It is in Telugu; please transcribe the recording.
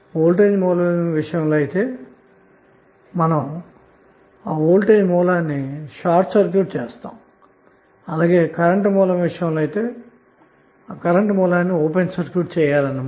వోల్టేజ్సోర్స్ ల విషయంలో అయితే దీనర్థము ఆ ప్రత్యేకమైన వోల్టేజ్సోర్స్ ను షార్ట్ సర్క్యూట్ చేయుట మరియు కరెంట్ సోర్స్ ను అయితే ఓపెన్ సర్క్యూట్ చేయుట అన్న మాట